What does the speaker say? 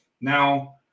now